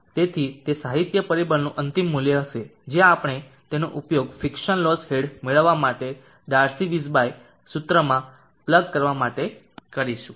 તેથી તે સાહિત્ય પરિબળનું અંતિમ મૂલ્ય હશે જે આપણે તેનો ઉપયોગ ફિક્સન લોસ હેડ મેળવવા માટે ડાર્સી વીઝબાચ સૂત્રમાં પ્લગ કરવા માટે કરીશું